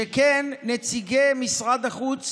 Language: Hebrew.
שכן נציגי משרד החוץ